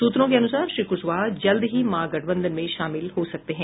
सूत्रों के अनुसार श्री कुशवाहा जल्द ही महागठबंधन में शामिल हो सकते हैं